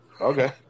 Okay